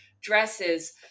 dresses